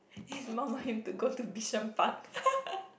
his mum want him to go to Bishan-Park